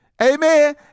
Amen